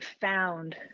found